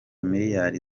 miliyari